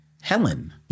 Helen